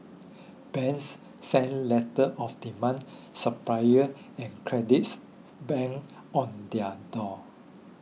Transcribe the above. banks sent letters of demand suppliers and creditors banged on their door